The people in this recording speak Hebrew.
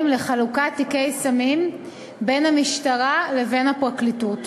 לחלוקת תיקי סמים בין המשטרה לבין הפרקליטות.